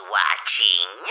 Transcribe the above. watching